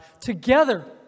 together